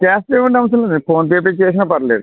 cash ఇవ్వనవసరం లేదు ఫోన్పేపై చేసినా పర్లేదు